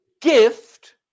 gift